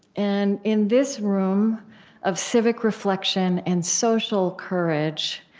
and in this room of civic reflection and social courage,